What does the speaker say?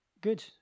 Good